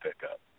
pickup